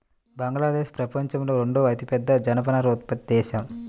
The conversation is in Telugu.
బంగ్లాదేశ్ ప్రపంచంలో రెండవ అతిపెద్ద జనపనార ఉత్పత్తి దేశం